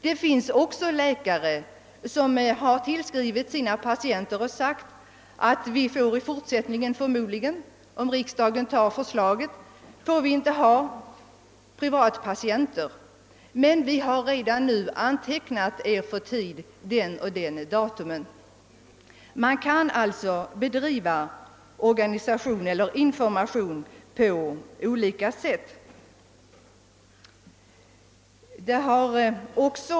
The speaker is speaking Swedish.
Det finns också läkare som har tillskrivit sina patienter och meddelat att de, om riksdagen antar det föreliggande förslaget, i fortsättningen inte får ta emot privatpatienter men att man har antecknat tid för patienten en viss dag. Information kan alltså drivas på olika sätt.